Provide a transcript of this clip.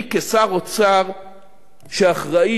אני כשר אוצר שאחראי